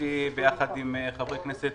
הגשתי ביחד עם חברי כנסת